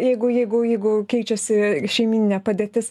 jeigu jeigu jeigu keičiasi šeimyninė padėtis